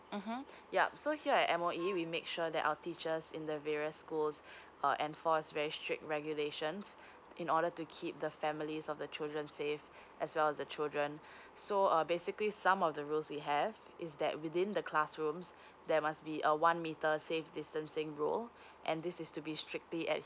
(uh huh) yup so here at M_O_E we make sure that our teachers in the various schools enforce very strict regulations in order to keep the families of the children safe as well as the children so uh basically some of the rules we have is that within the classrooms there must be a one meter safe distancing rule and this is to be strictly adhere